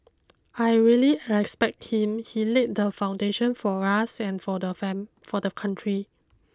I really respect him he laid the foundation for us and for the for the country